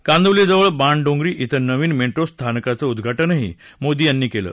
कांदिवलीजवळ बाणडोंगरी इथं नवीन मेट्रो स्थानकाचं उद्घाटनही मोदी यांनी केलं